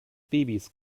babys